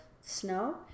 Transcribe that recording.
snow